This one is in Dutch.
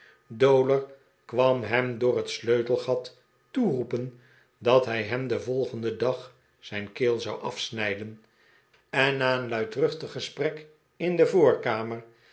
dowler kwam hem door het sleutelgat toeroepen dat hij hem den volgenden dag zijn keel zou afsnijden en na een hiidruchtig gesprek in de voorkamer